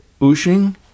Ushing